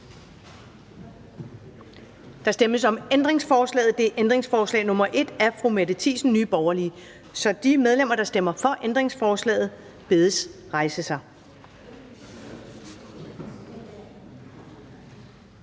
Der stemmes om ændringsforslaget, det er ændringsforslag nr. 1 af fru Mette Thiesen, Nye Borgerlige. De medlemmer, der stemmer for ændringsforslaget, bedes rejse sig.